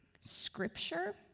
Scripture